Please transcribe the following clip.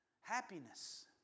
happiness